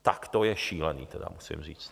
Tak to je šílený tedy, musím říct.